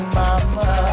mama